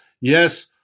Yes